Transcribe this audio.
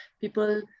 People